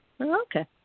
Okay